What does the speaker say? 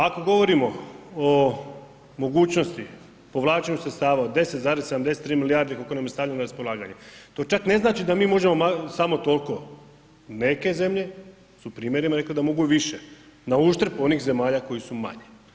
Ako govorimo o mogućnosti povlačenju sredstava od 10,73 milijarde koliko nam je stavljeno na raspolaganje to čak ne znači da mi možemo samo toliko, neke zemlje su primjereno rekle da mogu i više na uštrb onih zemalja koje su manje.